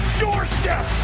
doorstep